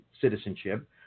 citizenship